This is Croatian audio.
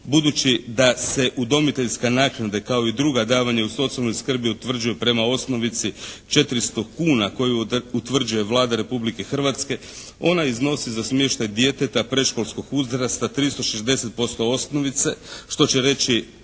budući da se udomiteljska naknada kao i druga davanja u socijalnoj skrbi utvrđuju prema osnovici 400 kuna koju utvrđuje Vlada Republike Hrvatske. Ona iznosi za smještaj djeteta predškolskog uzrasta 360% osnovice što će reći